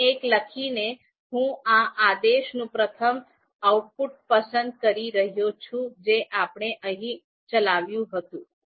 અહીં એક લખીને હું આ આદેશનું પ્રથમ આઉટપુટ પસંદ કરી રહ્યો છું જે આપણે અહીં ચલાવ્યું હતું